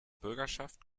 bürgerschaft